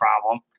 problem